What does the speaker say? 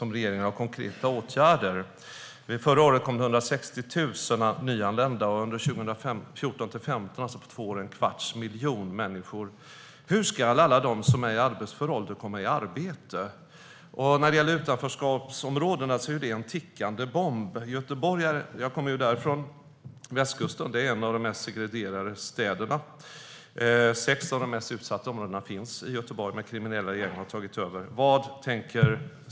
Förra året tog vi emot 160 000 nyanlända, och under 2014-2015 var det en kvarts miljon. Hur ska alla de som är i arbetsför ålder komma i arbete? Utanförskapsområdena är en tickande bomb. Göteborg, som jag kommer från, är en av de mest segregerade städerna. Sex av de mest utsatta områdena där kriminella gäng har tagit över finns i Göteborg.